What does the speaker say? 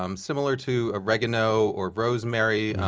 um similar to oregano or rosemary,